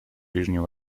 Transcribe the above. ближнем